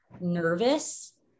nervous